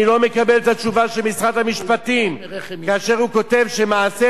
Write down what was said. אני לא מקבל את התשובה של משרד המשפטים כאשר הוא כותב שמעשה